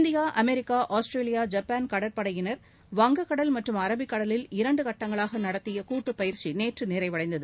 India America Australia Japan கடற்படையினர் வங்க கடலிலும் மற்றும் அரபிக்கடலில் இரண்டு கட்டங்களாக நடைபெற்ற கூட்டுப் பயிறசி நேற்று நிறைவடைந்தது